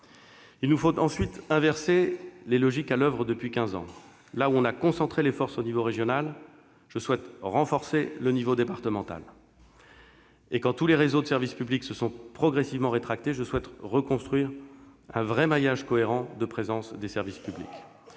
Il nous faut ensuite inverser les logiques à l'oeuvre depuis quinze ans : là où l'on a concentré les forces au niveau régional, je souhaite renforcer le niveau départemental, et quand tous les réseaux de service public se sont progressivement rétractés, je souhaite reconstruire un vrai maillage cohérent de présence des services publics.